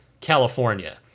california